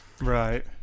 right